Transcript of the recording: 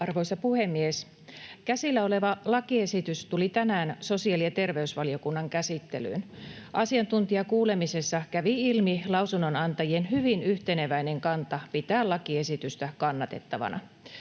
Arvoisa puhemies! Käsillä oleva lakiesitys tuli tänään sosiaali- ja terveysvaliokunnan käsittelyyn. Asiantuntijakuulemisessa kävi ilmi lausunnonantajien hyvin yhteneväinen kanta pitää lakiesitystä kannatettavana.